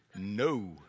No